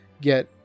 get